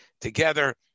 together